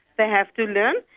they have to learn,